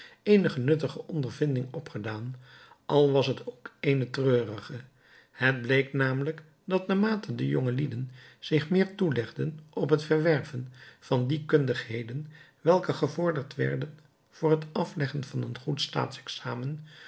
eene nuttige ondervinding opgedaan al was het ook eene treurige het bleek namelijk dat naarmate de jonge lieden zich meer toelegden op het verwerven van die kundigheden welke gevorderd werden voor het afleggen van een